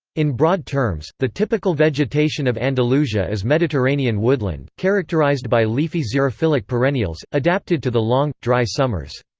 in broad terms, the typical vegetation of andalusia is mediterranean woodland, characterized by leafy xerophilic perennials, adapted to the long, dry summers.